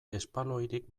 espaloirik